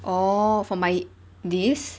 orh for my this